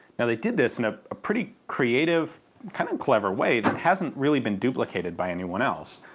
now they did this in a pretty creative kind of clever way that hasn't really been duplicated by anyone else,